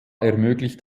ermöglicht